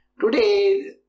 today